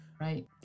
Right